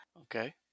Okay